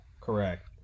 Correct